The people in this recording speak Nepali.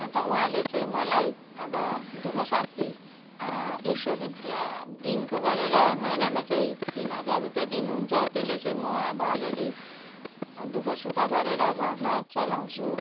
अन्त उँहाले चाहिँ मलाई अब दुःख सास्ती एक सौ रुपिया दिनको गरेर महिनामा चाहिँ तिन हजार रुपियाँ दिनु हुन्छ त्यसले चाहिँ म अब अलि अलि दुःख सुख गरेर घरमा चलाउँछु